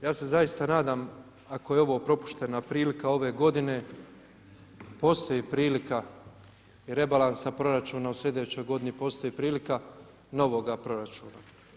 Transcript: Kolega, ja se zaista nadam ako je ovo propuštena prilika ove godine postoji prilika i rebalansa proračuna u sljedećoj godini, postoji prilika novoga proračuna.